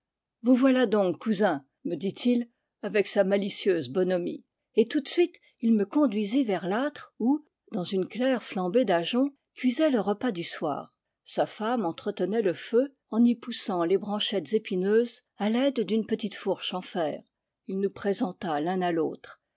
vous voilà donc cousin me dit-il avec sa malicieuse bonhomie et tout de suite il me conduisit vers l'âtre où dans une claire flambée d'ajoncs cuisait le repas du soir sa femme entretenait le feu en y poussant les branchettes épineuses à l'aide d'une petite fourche en fer il nous présenta l'un à l'autre